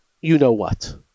you-know-what